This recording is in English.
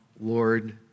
Lord